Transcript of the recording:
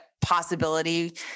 possibility